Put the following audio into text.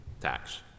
tax